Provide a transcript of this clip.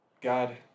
God